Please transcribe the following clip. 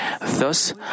Thus